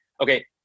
Okay